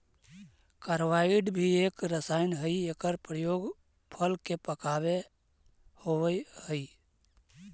carbide भी एक रसायन हई एकर प्रयोग फल के पकावे होवऽ हई